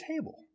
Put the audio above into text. table